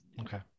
Okay